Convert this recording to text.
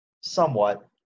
Somewhat